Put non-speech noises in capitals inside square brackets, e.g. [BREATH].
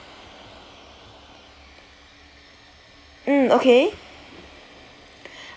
mm okay [BREATH]